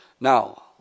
Now